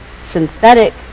synthetic